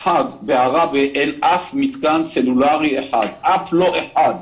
בעראבה אין אף מתקן סלולרי אחד, אף לא אחד,